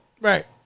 Right